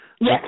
Yes